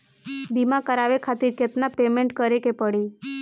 बीमा करावे खातिर केतना पेमेंट करे के पड़ी?